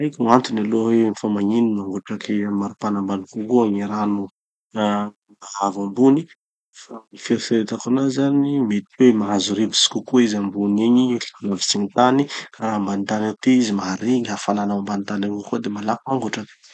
Tsy haiko gn'antony aloha hoe fa magnino mangotraky amy maripana ambany kokoa gny rano amy haambo ambony. Fieritseretako anazy zany mety hoe mahazo rivotsy kokoa izy ambony egny lavitsy gny tany ka mandray mahare gny hafanana ambany tany avao koa de malaky mangotraky.